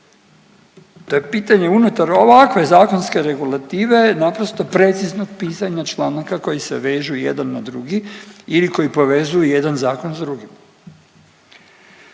To je pitanje unutar ovakve zakonske regulative naprosto preciznog pisanja članaka koji se vežu jedan na drugi ili koji povezuju jedan zakon s drugim.